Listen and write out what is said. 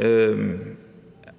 sagde,